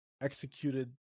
executed